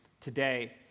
today